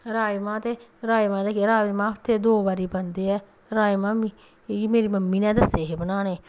राजमांह् ते हफ्ते दे दो बार बनदे ऐ राजमांह् मिगी मेरी मम्मी नै दस्से हे बनाने